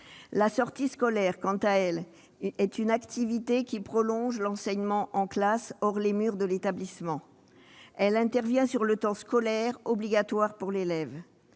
La sortie scolaire, quant à elle, est une activité qui prolonge l'enseignement en classe hors les murs de l'établissement. Elle intervient sur le temps scolaire obligatoire pour l'élève.